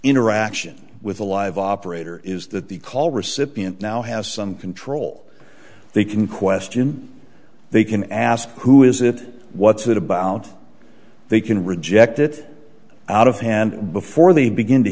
interaction with a live operator is that the call recipient now has some control they can question they can ask who is it what's it about they can reject it out of hand before they begin to